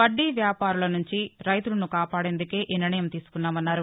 వద్దీ వ్యాపారుల నుంచి రైతులను కాపాడేందుకే ఈ నిర్ణయం తీసుకున్నామన్నారు